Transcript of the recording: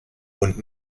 und